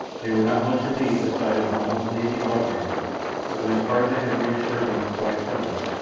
they were not much relieved at sight of an almost naked white man but when tarzan had reassured them in quiet tones,